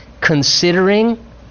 considering